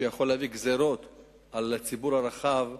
שיכול להביא גזירות על הציבור הרחב,